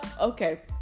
Okay